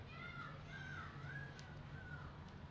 what's your favourite what's your favourite in~ indian food